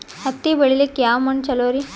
ಹತ್ತಿ ಬೆಳಿಲಿಕ್ಕೆ ಯಾವ ಮಣ್ಣು ಚಲೋರಿ?